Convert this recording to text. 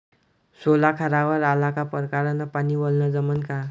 सोला खारावर आला का परकारं न पानी वलनं जमन का?